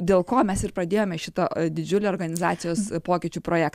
dėl ko mes ir pradėjome šitą didžiulį organizacijos pokyčių projektą